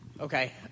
Okay